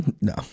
No